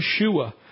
Yeshua